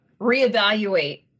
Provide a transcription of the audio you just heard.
reevaluate